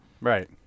right